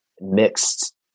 mixed